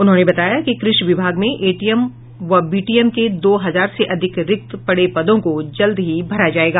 उन्होंने बताया कि कृषि विभाग में एटीएम व बीटीएम के दो हजार से अधिक रिक्त पड़े पदों को जल्द ही भरा जायेगा